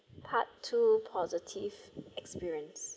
part two positive experience